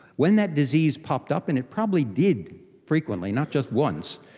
when that disease popped up, and it probably did frequently, not just once,